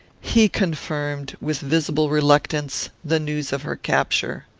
he confirmed, with visible reluctance, the news of her capture.